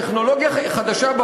טכנולוגיה חדשה,